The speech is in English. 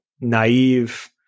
naive